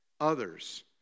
others